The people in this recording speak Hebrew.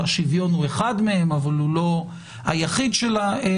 שהשוויון הוא אחד מהם אבל הוא לא היחיד שבהם?